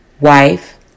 wife